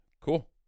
cool